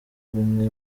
bumwe